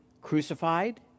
crucified